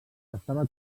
estava